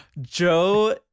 Joe